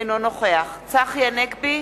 אינו נוכח צחי הנגבי,